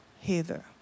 hither